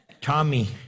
Tommy